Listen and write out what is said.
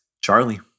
Charlie